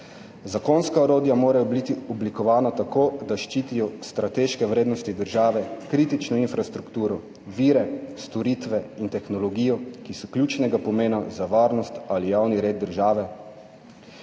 Zakonska orodja morajo biti oblikovana tako, da ščitijo strateške vrednosti države, kritično infrastrukturo, vire, storitve in tehnologijo, ki so ključnega pomena za varnost ali javni red države.